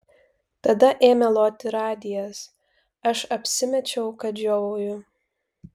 tada ėmė loti radijas aš apsimečiau kad žiovauju